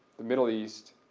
the middle east,